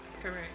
Correct